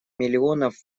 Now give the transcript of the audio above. миллионов